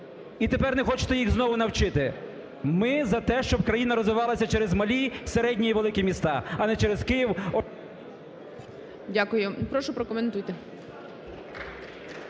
і тепер не хочете їх знову навчити. Ми за те, щоб країна розвивалася через малі, середні і великі міста, а не через Київ. ГОЛОВУЮЧИЙ. Дякую. Прошу, прокоментуйте.